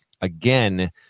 again